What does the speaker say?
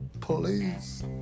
Please